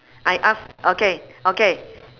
I ask okay okay